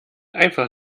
einfach